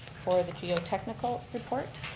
for the geo technical report,